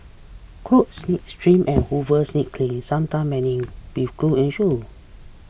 coats needs trim and hooves need cleaning sometime mending with glue and shoe